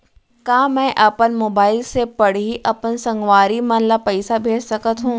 का मैं अपन मोबाइल से पड़ही अपन संगवारी मन ल पइसा भेज सकत हो?